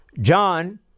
John